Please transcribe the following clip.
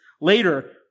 later